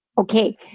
Okay